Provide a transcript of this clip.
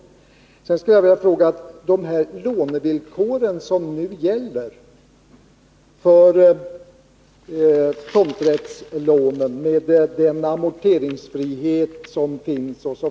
Sedan skulle jag vilja ställa en fråga. De lånevillkor som nu gäller för tomträttslånen inkluderar bl.a. amorteringsfrihet.